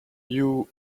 you